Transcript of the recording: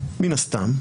מן הסתם,